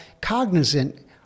cognizant